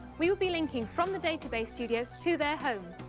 we will be linking from the database studio to their home.